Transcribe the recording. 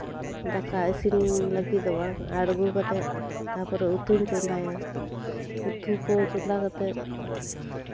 ᱫᱟᱠᱟ ᱤᱥᱤᱱ ᱞᱟᱜᱤᱫᱚᱜᱼᱟ ᱟᱬᱜᱚ ᱠᱟᱛᱮ ᱛᱟᱨᱯᱚᱨᱮ ᱩᱛᱩᱧ ᱪᱚᱸᱫᱟᱭᱟ ᱩᱛᱩ ᱠᱚ ᱪᱚᱸᱫᱟ ᱠᱟᱛᱮ